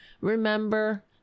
remember